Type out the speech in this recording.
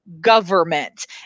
government